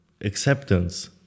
acceptance